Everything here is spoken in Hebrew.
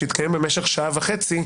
שהתקיים במשך שעה וחצי,